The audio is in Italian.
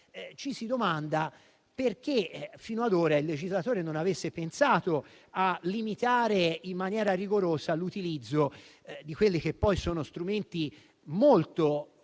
ci si domanda perché fino ad ora il legislatore non abbia pensato a limitare in maniera rigorosa l'utilizzo di quelli che poi sono strumenti molto potenti,